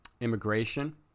Immigration